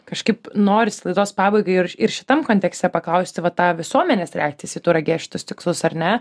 kažkaip norisi laidos pabaigai ir šitam kontekste paklausti va tą visuomenės reakcijas į tauragės šitus tikslus ar ne